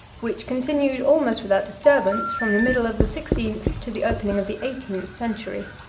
which continued almost without disturbance from the middle of the sixteenth to the opening of the eighteenth century.